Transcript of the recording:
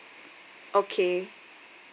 okay